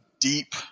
deep